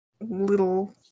Little